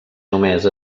només